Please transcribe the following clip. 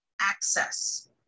access